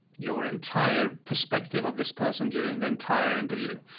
your entire perspective of this person during the entire interview.